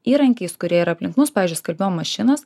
įrankiais kurie yra aplink mus pavyzdžiui skalbimo mašinos